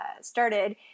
started